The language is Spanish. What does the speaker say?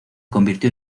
convirtió